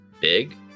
big